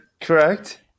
correct